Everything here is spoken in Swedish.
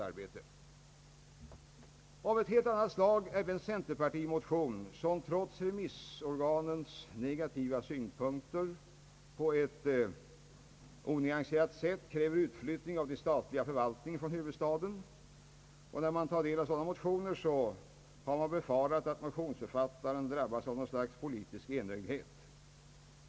Av helt annat slag är den centerpartimotion som — trots remissorganens negativa synpunkter — på ett onyanserat sätt kräver utflyttning av den statliga förvaltningen från huvudstaden. När man tar del av sådana motioner finns det skäl att befara att motionsförfattaren drabbats av. politisk enögdhet.